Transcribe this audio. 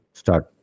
start